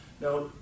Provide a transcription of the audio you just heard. now